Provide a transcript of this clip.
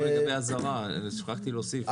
גם לגבי האזהרה שכחתי להוסיף.